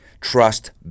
Trust